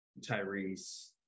tyrese